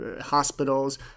hospitals